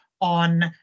on